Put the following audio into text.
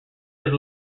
his